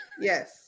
Yes